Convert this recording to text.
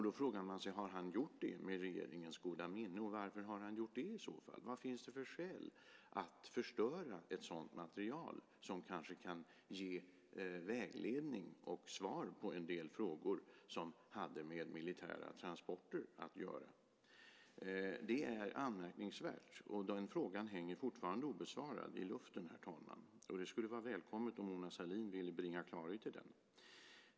Då frågar man sig: Har han gjort det med regeringens goda minne? Och varför har han i så fall gjort det? Vad finns det för skäl att förstöra ett material som kanske kan ge vägledning och svar på en del frågor som hade med militära transporter att göra? Detta är anmärkningsvärt. Frågan hänger fortfarande obesvarad i luften, herr talman, så det skulle vara välkommet om Mona Sahlin ville bringa klarhet i den.